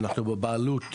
אנחנו בבעלות,